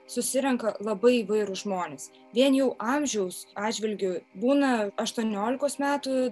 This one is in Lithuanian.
susirenka labai įvairūs žmonės vien jau amžiaus atžvilgiu būna aštuoniolikos metų